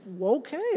Okay